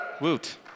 Woot